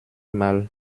mal